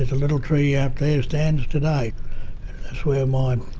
little tree out there stands today. that's where my